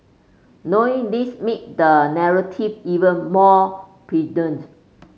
knowing this make the narrative even more